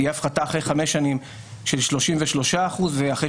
אחרי חמש שנים תהיה הפחתה של 33% ואחרי